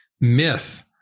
myth